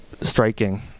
striking